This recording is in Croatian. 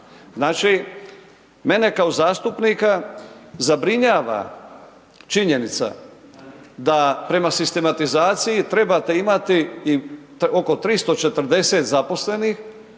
Znači mene kao zastupnika zabrinjava činjenica da prema sistematizaciji trebate imati oko 340 zaposlenih